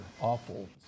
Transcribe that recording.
awful